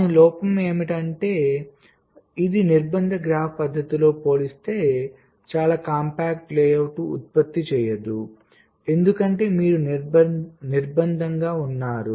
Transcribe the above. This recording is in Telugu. కానీ లోపం ఏమిటంటే ఇది నిర్బంధ గ్రాఫ్ పద్ధతితో పోలిస్తే చాలా కాంపాక్ట్ లేఅవుట్ను ఉత్పత్తి చేయదు ఎందుకంటే మీరు నిర్బంధంగా ఉన్నారు